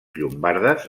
llombardes